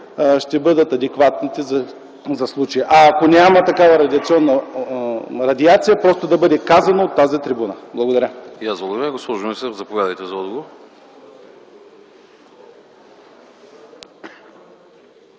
ще бъдат адекватните за случая. Ако няма такава радиация, просто да бъде казано от тази трибуна. Благодаря.